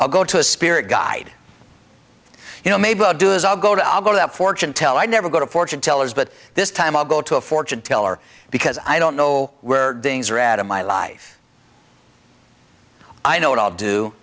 i'll go to a spirit guide you know maybe i'll go to i'll go to that fortune teller i never go to fortune tellers but this time i'll go to a fortune teller because i don't know where things are adding my life i know what i'll do